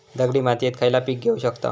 दगडी मातीत खयला पीक घेव शकताव?